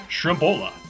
Shrimpola